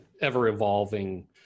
ever-evolving